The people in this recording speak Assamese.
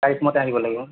তাৰিখ মতে আহিব লাগিব